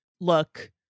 look